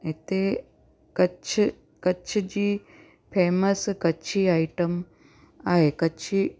हिते कच्छ कच्छ जी famous Kutchi item आहे कच्छी